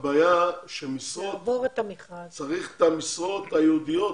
הבעיה היא שצריך את המשרות הייעודיות